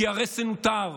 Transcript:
כי הרסן הותר,